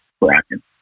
Bracken